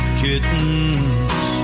kittens